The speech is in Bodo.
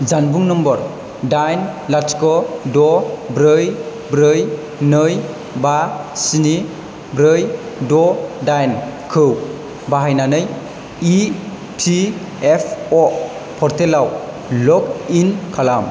जानबुं नम्बर दाइन लाथिख' द' ब्रै ब्रै नै बा स्नि ब्रै द' दाइनखौ बाहायनानै इ पि एफ अ पर्टेलाव लगिन खालाम